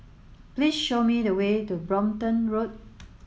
please show me the way to Brompton Road